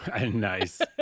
nice